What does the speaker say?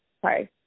sorry